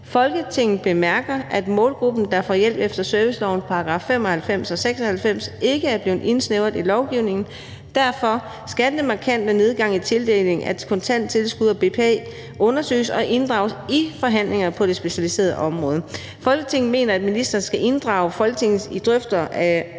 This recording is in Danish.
Folketinget bemærker, at målgruppen, der får hjælp efter servicelovens §§ 95 og 96, ikke er blevet indsnævret i lovgivningen. Derfor skal den markante nedgang i tildelingen af kontanttilskud og BPA undersøges og inddrages i forhandlingerne på det specialiserede socialområde. Folketinget mener, at ministeren skal inddrage Folketinget i drøftelser og